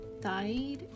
died